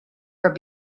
her